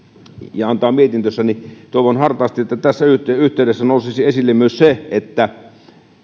ja antaa mietintönsä niin tässä yhteydessä nousisi esille myös se että